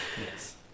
Yes